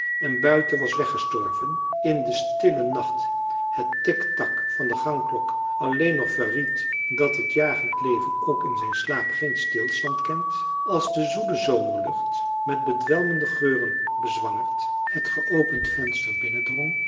en buiten was weggestorven in den stillen nacht het tiktak van de gangklok alleen nog verried dat het jagend leven ook in zijn slaap geen stilstand kent als de zoele zomerlucht met bedwelmende geuren bezwangerd het geopend venster